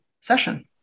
session